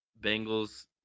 Bengals